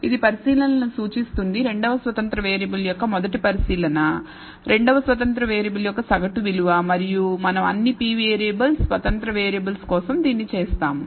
ఇది పరిశీలనను సూచిస్తుంది రెండవ స్వతంత్ర వేరియబుల్ యొక్క మొదటి పరిశీలన రెండవ స్వతంత్ర వేరియబుల్ యొక్క సగటు విలువ మరియు మనం అన్ని p వేరియబుల్స్ స్వతంత్ర వేరియబుల్స్ కోసం దీన్ని చేస్తాము